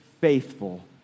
faithful